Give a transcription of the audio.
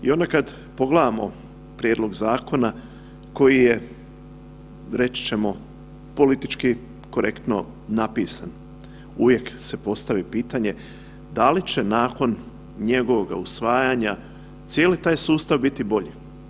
I onda kad pogledamo prijedlog zakona koji je reći ćemo politički korektno napisan, uvijek se postavi pitanje da li će nakon njegovoga usvajanja cijeli taj sustav biti bolji.